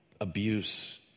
abuse